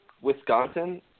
Wisconsin